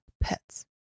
pets